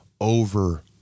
over